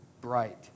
bright